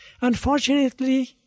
Unfortunately